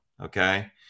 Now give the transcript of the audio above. okay